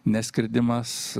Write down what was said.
ne skridimas